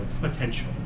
potential